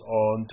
on